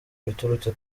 biturutse